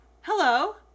hello